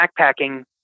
backpacking